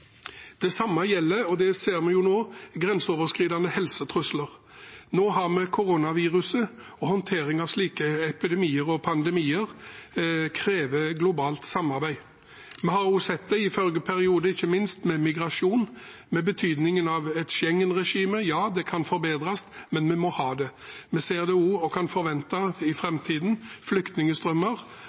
Det samme gjelder – og det ser vi jo nå – grenseoverskridende helsetrusler. Nå har vi koronaviruset. Håndtering av slike epidemier og pandemier krever globalt samarbeid. Vi har også sett det i forrige periode, ikke minst når det gjelder migrasjon og betydningen av et Schengen-regime – ja, det kan forbedres, men vi må ha det. Vi ser også, med tanke på at vi i framtiden kan forvente flyktningstrømmer,